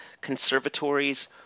conservatories